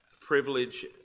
privilege